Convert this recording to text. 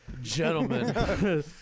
gentlemen